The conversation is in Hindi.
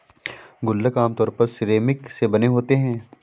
गुल्लक आमतौर पर सिरेमिक से बने होते हैं